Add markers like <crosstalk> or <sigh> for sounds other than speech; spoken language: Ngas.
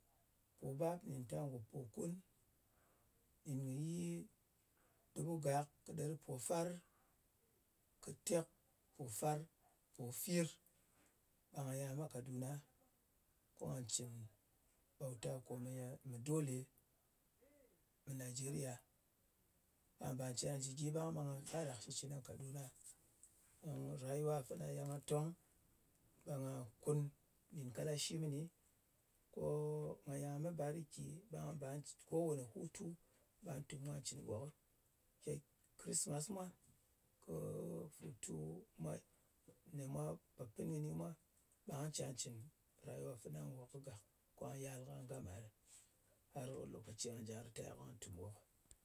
Pobap nɗìn tar ngò pokun, nɗin kɨ yi dubu gak, kɨ ɗeri pofar, kɨ tekpofar pofir. Ɓe nga yal nga met kaduna, ko nga cɨn bauta komeye mɨ dole <noise> nnigeriya ka bà cya jɨ gyi ɓang, ɓe nga fara <noise> kɨ shitcɨn kaduna. Rayuwa fana ye nga tong, ɓe nga kun nɗin kalashi mɨni, ko nga yà me bariki, ɓa ba jɨ ko wani hutu ɓa tùm kwa ncɨn nwokɨ. Ko krisma mwa, ko hutu <hesitation> me mwa pò pɨn kɨnɨ mwa, ɓà jà cɨn rayuwa fana nwòk gàk, kwa yal kwa gama ɗɨ, har ko lokaci nà jà ritaya kwa tùm nwok.